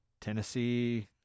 Tennessee